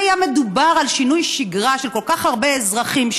מדובר על שינוי שגרה של כל כך הרבה אזרחים,